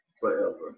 forever